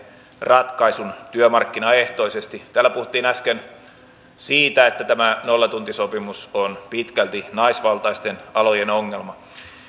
ratkaisun työmarkkinaehtoisesti täällä puhuttiin äsken siitä että tämä nollatuntisopimus on pitkälti naisvaltaisten alojen ongelma